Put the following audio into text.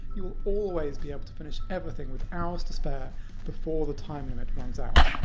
you will always be able to finish everything with hours to spare before the time limit runs out.